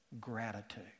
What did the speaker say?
Gratitude